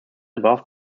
above